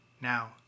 Now